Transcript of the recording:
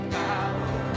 power